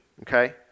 Okay